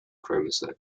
chromosome